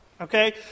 Okay